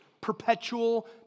Perpetual